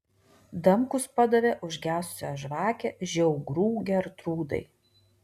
damkus padavė užgesusią žvakę žiaugrų gertrūdai